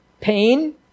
pain